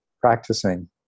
practicing